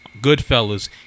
Goodfellas